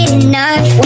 enough